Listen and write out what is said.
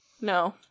No